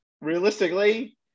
realistically